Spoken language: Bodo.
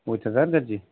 अयथासार गाज्रि